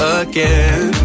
again